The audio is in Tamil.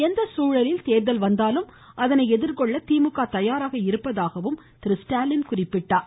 எந்த சூழலில் தேர்தல் வந்தாலும் அதனை எதிர்கொள்ள திமுக தயாராக இருப்பதாகவும் அவர் கூறினார்